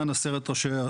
אנחנו תכף נשמע את זה.